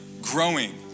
growing